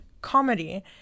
comedy